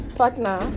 partner